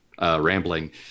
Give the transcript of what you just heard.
rambling